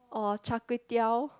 oh Char-Kway-Teow